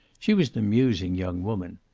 she was an amusing young woman.